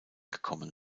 gekommen